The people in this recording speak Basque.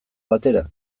batera